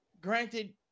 Granted